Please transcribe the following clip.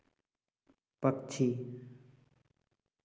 पक्षी